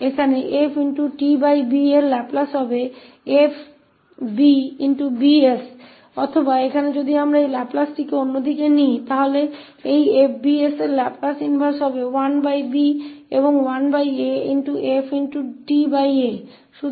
यहाँका Laplace f 𝑏𝐹𝑏𝑠 होगा या यदि हम अब इस लैपलेस का दूसरा पक्ष लेते हैं तो इस 𝐹𝑏𝑠 का लाप्लास प्रतिलोम 1b और f होगा